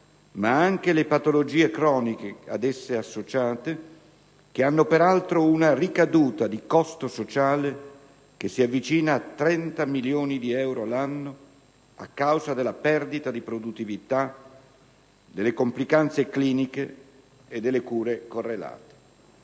ma anche le patologie croniche ad essa associate, che hanno peraltro una ricaduta in termini di costo sociale che si avvicina a 30 milioni di euro l'anno, a causa della perdita di produttività, delle complicanze cliniche e delle cure correlate.